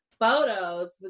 photos